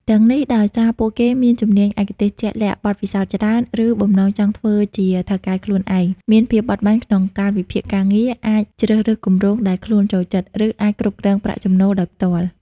ទាំងនេះ ដោយសារពួកគេមានជំនាញឯកទេសជាក់លាក់ បទពិសោធន៍ច្រើន ឬបំណងចង់ធ្វើជាថៅកែខ្លួនឯង មានភាពបត់បែនក្នុងកាលវិភាគការងារ អាចជ្រើសរើសគម្រោងដែលខ្លួនចូលចិត្ត និងអាចគ្រប់គ្រងប្រាក់ចំណូលដោយផ្ទាល់។